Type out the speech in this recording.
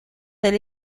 del